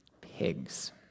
pigs